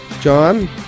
John